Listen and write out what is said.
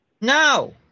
No